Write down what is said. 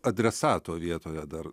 adresato vietoje dar